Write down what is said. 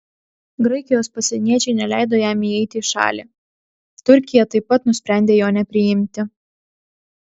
graikijos pasieniečiai neleido jam įeiti į šalį turkija taip pat nusprendė jo nepriimti